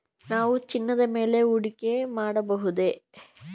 ನಾವು ಚಿನ್ನದ ಮೇಲೆ ಹೂಡಿಕೆ ಮಾಡಬಹುದೇ?